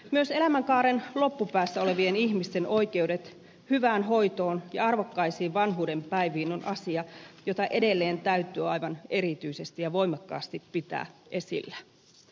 myös elämänkaaren loppupäässä olevien ihmisten oikeudet hyvään hoitoon ja arvokkaisiin vanhuuden päiviin on asia jota edelleen täytyy aivan erityisesti ja voimakkaasti pitää esillä